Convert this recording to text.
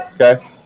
Okay